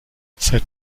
seit